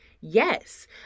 Yes